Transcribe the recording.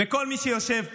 וכל מי שיושב פה,